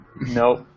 Nope